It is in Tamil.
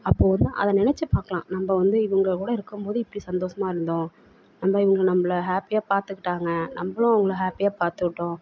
அப்போது வந்து அதை நினைச்சு பார்க்கலாம் நம்ம வந்து இவங்கள் கூட இருக்கும்போது இப்படி சந்தோஷமா இருந்தோம் நம்மள இவங்க நம்மள ஹேப்பியாக பார்த்துக்கிட்டாங்க நம்மளும் உங்களுக்கு ஹேப்பியாக பார்த்துக்கிட்டோம்